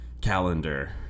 calendar